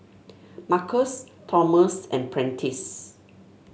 Marcos Thomas and Prentiss